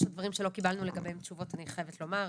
יש דברים שלא קיבלנו לגביהם תשובות אני חייבת לומר,